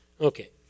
Okay